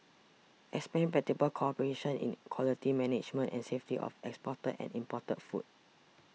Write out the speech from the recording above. expand practical cooperation in quality management and safety of exported and imported food